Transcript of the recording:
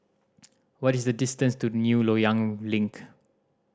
what is the distance to New Loyang Link